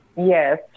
Yes